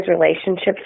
relationships